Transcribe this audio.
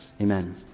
Amen